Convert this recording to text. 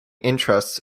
interests